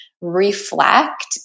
reflect